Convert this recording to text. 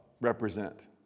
represent